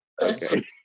Okay